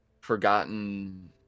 forgotten